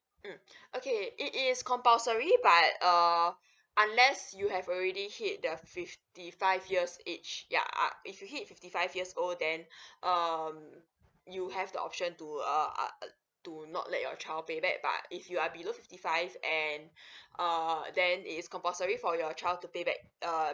mm okay it is compulsory but err unless you have already hit the fifty five years age yeah uh if you hit fifty five years old then um you have the option to uh uh to not let your child pay back but if you are below fifty five and err then it is compulsory for your child to pay back uh